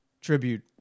tribute